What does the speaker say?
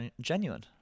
genuine